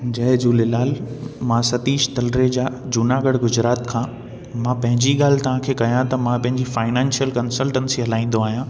जय झूलेलाल मां सतीष तलरेजा जूनागढ़ गुजरात खां मां पंहिंजी ॻाल्हि कया त मां पंहिंजी फाइनेंशियल कनसलटेंसी हलाईंदो आहियां